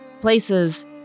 places